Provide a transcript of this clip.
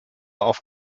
auf